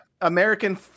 American